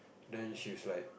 then she's like